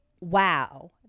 wow